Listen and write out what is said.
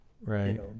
Right